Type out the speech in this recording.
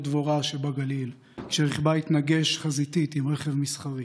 דבורה שבגליל כשרכבה התנגש חזיתית ברכב מסחרי.